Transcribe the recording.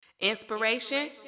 Inspiration